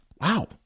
Wow